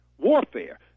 warfare